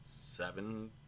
seven